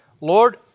Lord